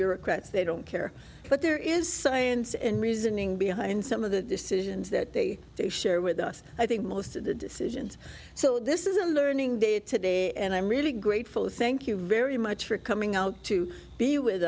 bureaucrats they don't care but there is science and reasoning behind some of the decisions that they they share with us i think most of the decisions so this isn't learning day to day and i'm really grateful thank you very much for coming out to be with